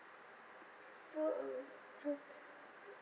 so if !huh!